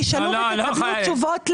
תשאלו ותקבלו תשובות.